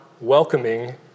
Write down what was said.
welcoming